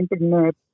internet